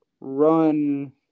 run